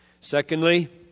Secondly